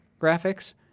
graphics